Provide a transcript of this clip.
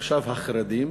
עכשיו החרדים,